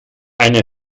eine